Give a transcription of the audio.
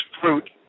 fruit